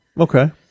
Okay